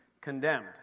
condemned